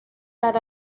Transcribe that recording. that